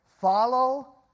follow